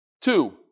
two